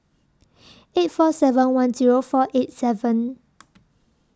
eight four seven one Zero four eight seven